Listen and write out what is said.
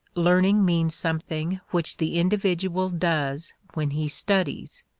learning means something which the individual does when he studies.